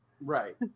Right